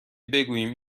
بگوییم